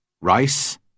rice